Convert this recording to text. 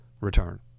return